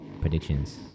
predictions